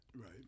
Right